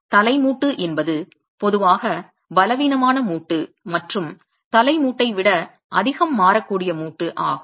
எனவே தலை மூட்டு என்பது பொதுவாக பலவீனமான மூட்டு மற்றும் தலை மூட்டை விட அதிகம் மாறக்கூடிய மூட்டு ஆகும்